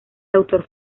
autor